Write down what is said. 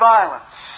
Violence